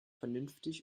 vernünftig